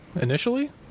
initially